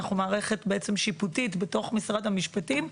אנחנו בעצם מערכת שיפוטית בתוך משרד המשפטים,